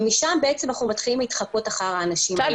ומשם בעצם אנחנו מתחילים להתחקות אחר האנשים האלה.